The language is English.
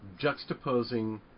juxtaposing